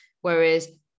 Whereas